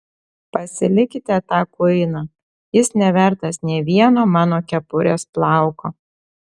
pasilikite tą kuiną jis nevertas nė vieno mano kepurės plauko